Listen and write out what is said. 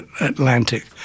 Atlantic